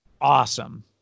Awesome